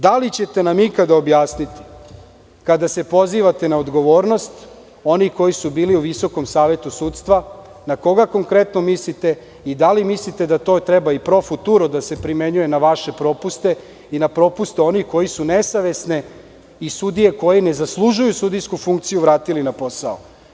Da li ćete nam ikada objasniti, kada se pozivate na odgovornost, oni koji su bili u Visokom savetu sudstva, na koga konkretno mislite i da li mislite da to treba i pro futuro da se primenjuje na vaše propuste i na propuste onih koji su nesavesne i sudije koji ne zaslužuju sudijsku funkciju vratili na posao?